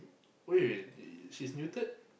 wait wait wait she she's neutered